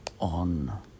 on